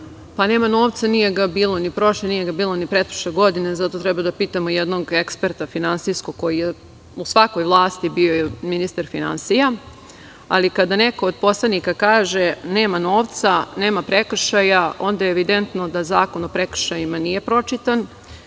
Nema novca, nije ga bilo ni prošle, ni pretprošle godine, za to treba da pitamo jednog finansijskog eksperta, koji je u svakoj vlasti bio ministar finansija. Ali, kada neko od poslanika kaže – nema novca, nema prekršaja, onda je evidentno da Zakon o prekršajima nije pročitan. Postoji,